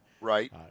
Right